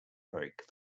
break